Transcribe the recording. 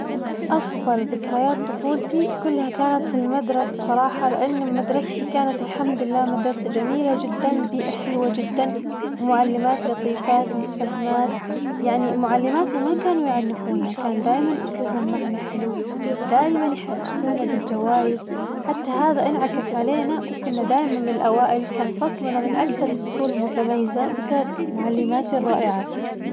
أفظل ذكريات طفولتي كلها كانت في المدرسة صراحة لأنه مدرستي كانت الحمد لله مدرسة جميلة جداً بيئة حلوة جداً ومعلمات لطيفات متفهمات، يعني معلماتنا ما كانوا يعنفونا كانوا دايماً أسلوبهم معنا حلو دايماً يحفزونا بالجوايز، حتى هذا انعكس علينا وكنا دايماً من الأوائل كان فصلنا من أكثر الفصول المتميزة بسبب معلماتي الرائعات.